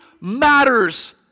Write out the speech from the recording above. matters